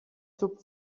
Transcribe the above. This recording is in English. top